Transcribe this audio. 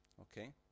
okay